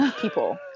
people